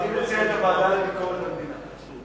אני מציע את הוועדה לביקורת המדינה.